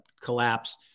collapse